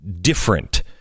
different